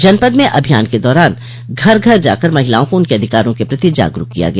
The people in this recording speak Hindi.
जनपद में अभियान के दौरान घर घर जाकर महिलाओं को उनके अधिकारों के प्रति जागरूक किया गया